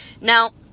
Now